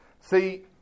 See